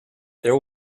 there